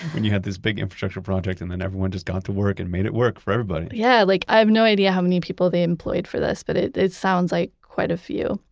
when you had this big infrastructure project and then everyone just got to work and made it work for everybody. yeah. like, i have no idea how many people they employed for this, but it it sounds like quite a few.